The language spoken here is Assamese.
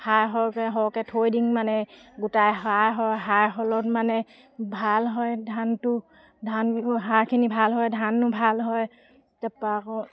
সাৰ সৰহকৈ সৰহকৈ থৈ দিওঁ মানে গোটাই সাৰ হয় সাৰ হ'লত মানে ভাল হয় ধানটো ধানবোৰ সাৰখিনি ভাল হয় ধান ভাল হয় তাৰপৰা আকৌ